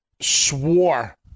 swore